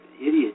idiot